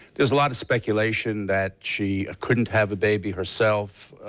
there's a lot of speculation that she couldn't have a baby herself,